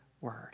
word